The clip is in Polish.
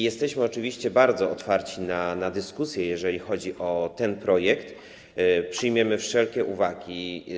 Jesteśmy oczywiście otwarci na dyskusję, jeżeli chodzi o ten projekt, i przyjmiemy wszelkie uwagi.